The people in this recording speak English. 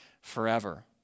forever